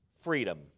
freedom